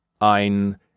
ein